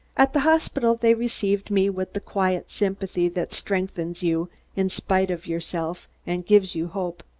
at the hospital, they received me with the quiet sympathy that strengthens you in spite of yourself and gives you hope.